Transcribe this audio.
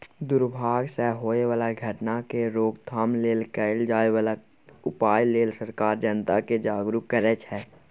दुर्भाग सँ होए बला घटना केर रोकथाम लेल कएल जाए बला उपाए लेल सरकार जनता केँ जागरुक करै छै